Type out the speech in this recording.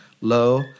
Lo